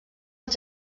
als